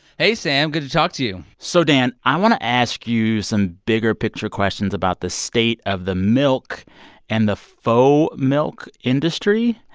hey, sam good to talk to you so, dan, i want to ask you some bigger-picture questions about the state of the milk and the faux milk industry.